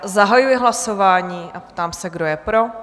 Zahajuji hlasování a ptám se, kdo je pro?